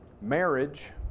marriage